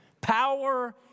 Power